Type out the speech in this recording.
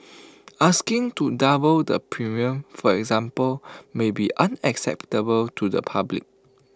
asking to double the premium for example may be unacceptable to the public